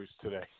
today